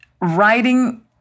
writing